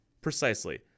Precisely